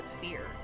fear